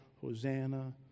Hosanna